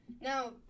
Now